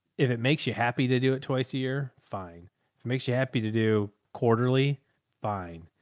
if it makes you happy to do it twice a year, fine. if it makes you happy to do quarterly fine.